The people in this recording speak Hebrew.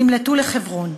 נמלטו לחברון.